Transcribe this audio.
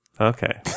Okay